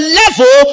level